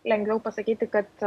lengviau pasakyti kad